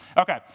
Okay